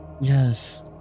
Yes